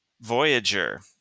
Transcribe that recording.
Voyager